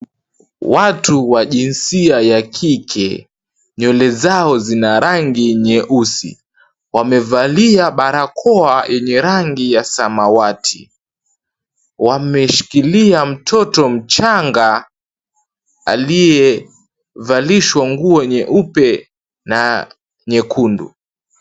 Watu wa jinsia ya kike, nywele zao zina rangi nyeusi. Wamevalia barakoa yenye rangi ya samawati. Wameshikilia mtoto mchanga aliyevalishwa nguo nyeupe na nyekundu.